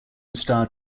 starred